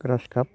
ग्रास खाफ